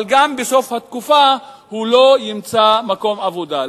אבל גם בסוף התקופה הוא לא ימצא מקום עבודה.